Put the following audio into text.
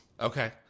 Okay